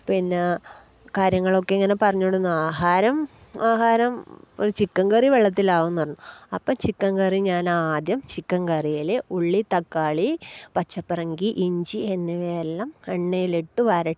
പിന്നെ കാര്യങ്ങളൊക്കെ ഇങ്ങനെ പറഞ്ഞോണ്ട്ന്നു ആഹാരം ആഹാരം ഒരു ചിക്കൻ കറി വെള്ളത്തിലാവും ന്നഞ്ഞു അപ്പം ചിക്കൻ കറി ഞാനാദ്യം ചിക്കൻ കറിയിൽ ഉള്ളി തക്കാളി പച്ചപ്പറങ്കി ഇഞ്ചി എന്നിവയെല്ലാം എണ്ണയിലിട്ട് വരട്ടി